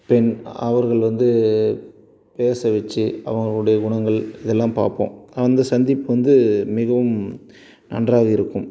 பெண் அவர்கள் வந்து பேச வச்சு அவங்களுடைய குணங்கள் இதெல்லாம் பார்ப்போம் அந்த சந்திப்பு வந்து மிகவும் நன்றாக இருக்கும்